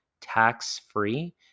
tax-free